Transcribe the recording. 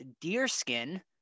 Deerskin